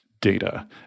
data